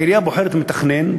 העירייה בוחרת מתכנן,